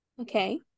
Okay